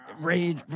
rage